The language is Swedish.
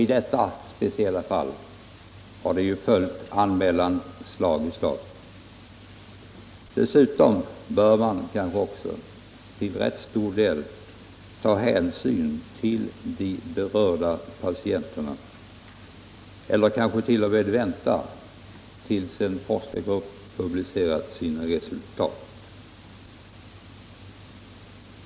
I detta speciella fall har ju anmälningarna följt slag i slag. Dessutom bör man kanske till rätt stor del ta hänsyn till de berörda patienterna eller kanske t.o.m. vänta tills en forskargrupp publicerat sina resultat.